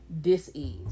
dis-ease